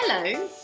Hello